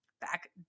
back